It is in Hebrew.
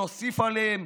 נוסיף עליהם